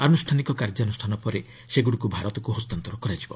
ଆନ୍ରଷ୍ଠାନିକ କାର୍ଯ୍ୟାନୁଷ୍ଠାନ ପରେ ସେଗୁଡ଼ିକୁ ଭାରତକୁ ହସ୍ତାନ୍ତର କରାଯିବ